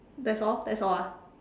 that's all that's all ah